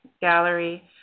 Gallery